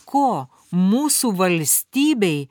ko mūsų valstybei